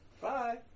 Bye